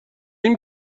ایم